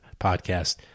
podcast